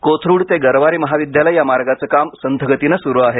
कोथरूड ते गरवारे महाविद्यालय या मार्गचं काम संथ गतीने सुरू आहे